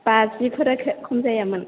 बाजिफोरा खम जायामोन